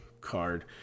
card